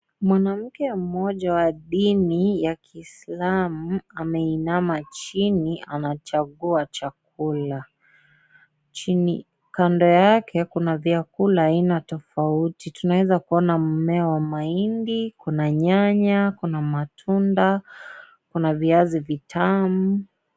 Mwanamke mmoja wa dini ya Kiislamu, ameinama chini anachagua chakula. Kando yake, kuna vyakula vya aina tofauti. Tunaweza kuona, mmea wa mahindi, kuna nyanya, kuna matunda, kuna viazi vitamu.